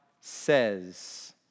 says